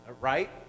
right